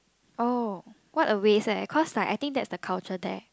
oh what a waste eh cause like I think that's the culture there